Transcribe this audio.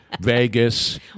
Vegas